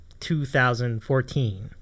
2014